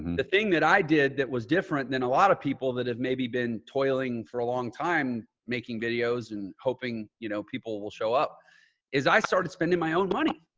the thing that i did that was different than a lot of people that have maybe been toiling for a long time, making videos and hoping you know people will show up is i started spending my own money.